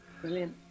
Brilliant